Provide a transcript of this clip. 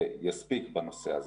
יספיק בנושא הזה.